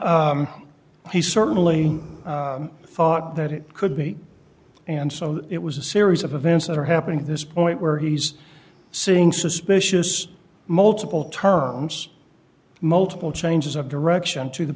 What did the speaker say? how he certainly thought that it could be and so it was a series of events that are happening at this point where he's seeing suspicious multiple terms multiple changes of direction to the